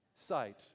sight